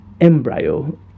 embryo